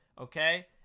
okay